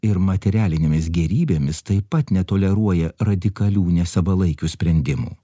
ir materialinėmis gėrybėmis taip pat netoleruoja radikalių nesavalaikių sprendimų